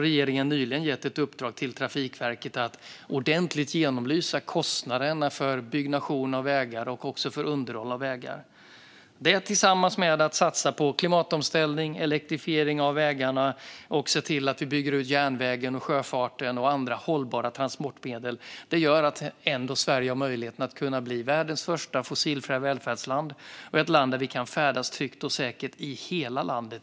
Regeringen har nyligen gett ett uppdrag till Trafikverket att ordentligt genomlysa kostnaderna för byggnation och underhåll av vägar. Detta tillsammans med att vi satsar på klimatomställning och elektrifiering av vägarna och bygger ut järnvägen, sjöfarten och andra hållbara transportmedel gör att Sverige har möjlighet att bli världens första fossilfria välfärdsland och ett land där vi kan färdas tryggt och säkert i hela landet.